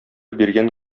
биргән